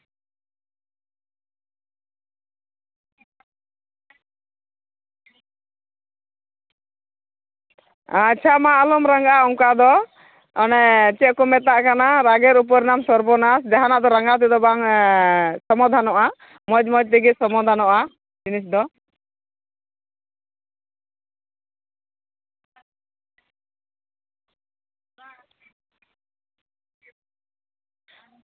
ᱟᱪᱪᱷᱟ ᱢᱟ ᱟᱞᱚᱢ ᱨᱟᱸᱜᱟᱜᱼᱟ ᱚᱱᱠᱟ ᱫᱚ ᱚᱱᱮ ᱪᱮᱫ ᱠᱚ ᱢᱮᱛᱟᱜ ᱠᱟᱱᱟ ᱨᱟᱜᱮᱨ ᱩᱯᱚᱨ ᱱᱟᱢ ᱥᱟᱨᱵᱚᱱᱟᱥ ᱡᱟᱦᱟᱸᱱᱟᱜ ᱫᱚ ᱨᱟᱸᱜᱟᱣ ᱛᱮᱫᱚ ᱵᱟᱝ ᱥᱚᱢᱟᱫᱷᱟᱱᱚᱜᱼᱟ ᱢᱚᱡᱽ ᱢᱚᱡᱽ ᱛᱮᱜᱮ ᱥᱚᱢᱟᱫᱷᱟᱱᱚᱜᱼᱟ ᱡᱤᱱᱤᱥ ᱫᱚ